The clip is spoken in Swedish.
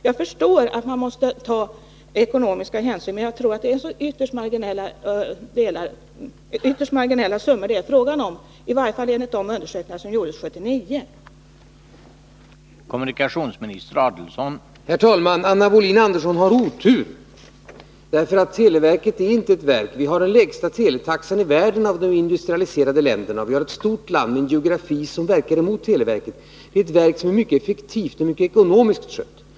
Jag förstår att man måste ta ekonomiska hänsyn, men jagtror att det är ytterst marginella summor det är fråga om, i varje fall enligt de undersökningar som gjordes 1979.